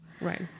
Right